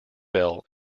bell